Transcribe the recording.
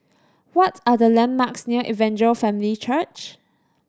what's are the landmarks near Evangel Family Church